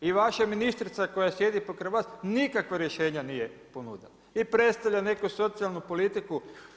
I vaša ministrica koja sjedi pokraj vas nikakva rješenja nije ponudila i predstavlja neku socijalnu politiku.